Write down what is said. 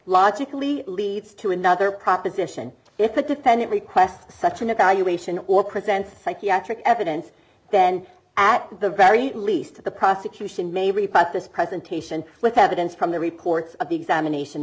logically leads to another proposition if a defendant requests such an evaluation or consensus psychiatric evidence then at the very least the prosecution may repeat this presentation with evidence from the reports of the examination